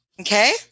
Okay